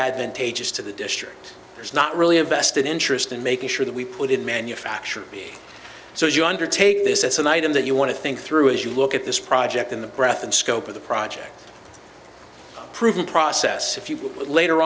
advantageous to the district there's not really a vested interest in making sure that we put in manufacturing so as you undertake this that's an item that you want to think through as you look at this project in the breath and scope of the project approval process if you